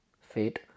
fate